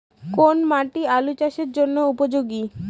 কোন মাটি আলু চাষের জন্যে উপযোগী?